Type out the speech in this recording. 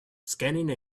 scanning